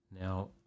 Now